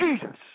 Jesus